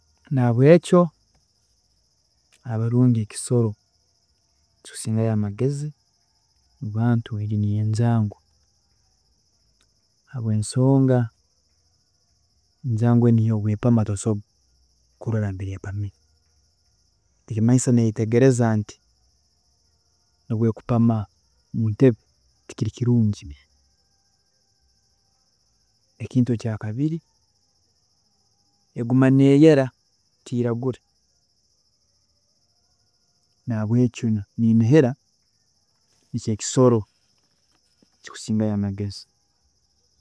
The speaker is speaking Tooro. Nahabwekyo abarungi ekisoro ekikusingayo amagezi mu bantu niyo njaangu habwensonga enjaangu egi nobu epama tosobola kurola mbere epamire, ekikumanyisa neyetegereza nti obu ekupama muntebe tikiri kirungi, ekintu ekyakabiri, eguma neyera, teiragura, nahabwekyo niinihira nikyo ekisoro ekikusingayo amagezi.